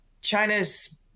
China's